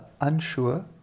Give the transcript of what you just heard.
unsure